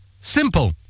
Simple